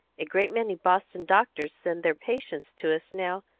a great many boston doctors send their patients to us now,